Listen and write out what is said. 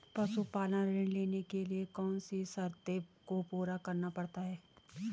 पशुपालन ऋण लेने के लिए कौन सी शर्तों को पूरा करना पड़ता है?